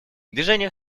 движение